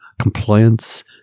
Compliance